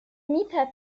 میتپه